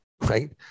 Right